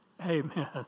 Amen